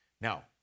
Now